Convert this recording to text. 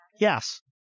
Yes